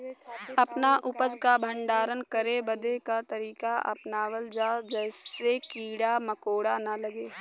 अपना उपज क भंडारन करे बदे का तरीका अपनावल जा जेसे कीड़ा मकोड़ा न लगें?